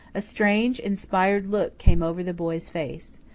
a strange, inspired look came over the boy's face.